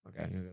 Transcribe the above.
Okay